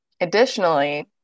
Additionally